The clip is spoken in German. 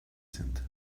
sind